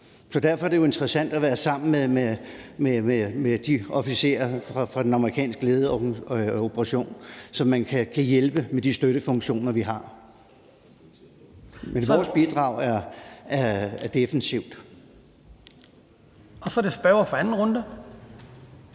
Derfor er det jo interessant at være sammen med de officerer fra den amerikansk ledede operation, så man kan hjælpe med de støttefunktioner, vi har. Men vores bidrag er defensivt. Kl. 10:27 Den fg. formand (Hans